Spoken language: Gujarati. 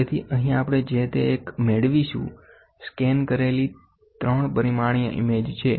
તેથી અહીં આપણે જે તે એક મેળવીશું સ્કેન કરેલી 3 પરિમાણીય ઇમેજ છે